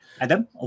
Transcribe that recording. Adam